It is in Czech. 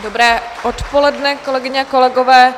Dobré odpoledne, kolegyně, kolegové.